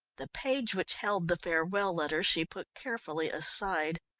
the page which held the farewell letter she put carefully aside.